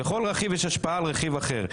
לכל רכיב יש השפעה על רכיב אחר.